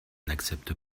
n’accepte